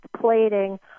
plating